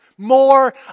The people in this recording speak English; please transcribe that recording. more